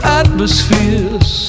atmospheres